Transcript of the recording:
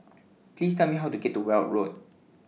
Please Tell Me How to get to Weld Road